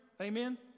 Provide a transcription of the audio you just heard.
Amen